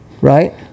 Right